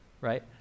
right